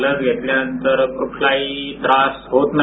लस घेतल्यानंतर कुठलाही त्रास होत नाही